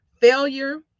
Failure